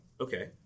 Okay